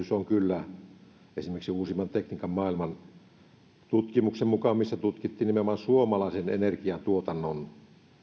se on ympäristöystävällistä esimerkiksi uusimman tekniikan maailman tutkimuksen mukaan missä tutkittiin nimenomaan suomalaisen energiantuotannon